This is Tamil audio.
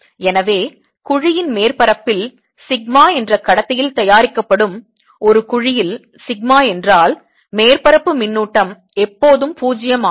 எனவே குழியின் மேற்பரப்பில் சிக்மா என்ற கடத்தியில் தயாரிக்கப்படும் ஒரு குழியில் சிக்மா என்றால் மேற்பரப்பு மின்னூட்டம் எப்போதும் 0 ஆகும்